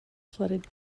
flooded